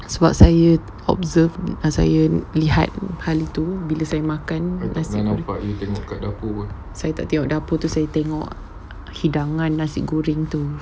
sebab saya observe saya lihat hari tu bila saya makan saya tak tengok dapur tu saya tengok hidangan nasi goreng tu